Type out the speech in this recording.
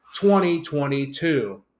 2022